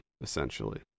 essentially